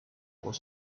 was